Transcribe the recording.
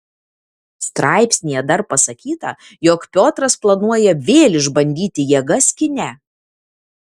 straipsnyje dar pasakyta jog piotras planuoja vėl išbandyti jėgas kine